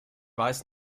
weiß